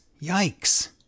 Yikes